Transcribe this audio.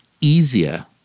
easier